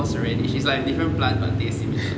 is horseradish is like a different plant but taste similar